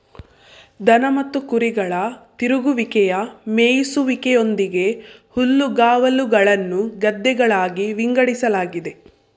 ದನ ಮತ್ತು ಕುರಿಗಳ ತಿರುಗುವಿಕೆಯ ಮೇಯಿಸುವಿಕೆಯೊಂದಿಗೆ ಹುಲ್ಲುಗಾವಲುಗಳನ್ನು ಗದ್ದೆಗಳಾಗಿ ವಿಂಗಡಿಸಲಾಗಿದೆ